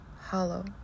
hollow